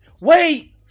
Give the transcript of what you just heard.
wait